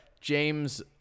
James